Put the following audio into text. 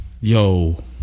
Yo